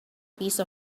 piece